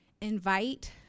invite